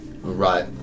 right